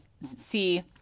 see